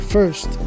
First